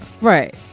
right